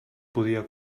podia